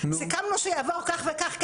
סיכמנו שיעבור כך וכך כסף,